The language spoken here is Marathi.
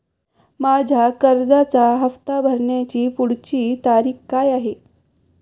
माझ्या कर्जाचा हफ्ता भरण्याची पुढची तारीख काय आहे?